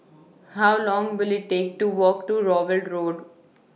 How Long Will IT Take to Walk to Rowell Road